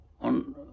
On